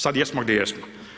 Sad jesmo gdje jesmo.